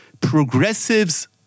progressives